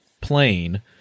plane